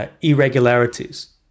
Irregularities